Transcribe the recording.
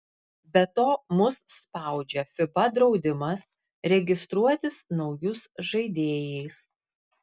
be to mus spaudžia fiba draudimas registruotis naujus žaidėjais